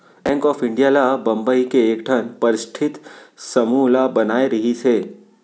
bank of India ल बंबई के एकठन परस्ठित समूह ह बनाए रिहिस हे